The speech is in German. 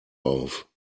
auf